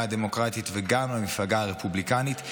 הדמוקרטית וגם על המפלגה הרפובליקנית,